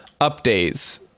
updates